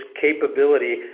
capability